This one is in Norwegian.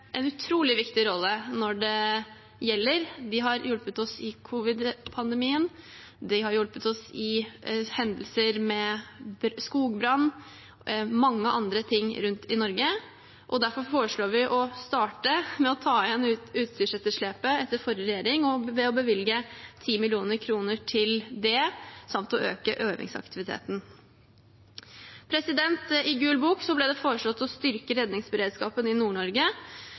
en utrolig viktig rolle når det gjelder. De har hjulpet oss i covid-pandemien. De har hjulpet oss i hendelser med skogbrann og mange andre ting rundt i Norge, og derfor foreslår vi å starte med å ta igjen utstyrsetterslepet etter forrige regjering ved å bevilge 10 mill. kr til det samt å øke øvingsaktiviteten. I Gul bok ble det foreslått å styrke redningsberedskapen i